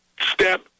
step